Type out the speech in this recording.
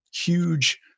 huge